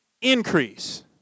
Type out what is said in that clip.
increase